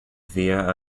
via